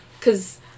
cause